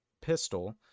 pistol